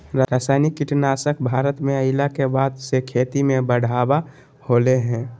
रासायनिक कीटनासक भारत में अइला के बाद से खेती में बढ़ावा होलय हें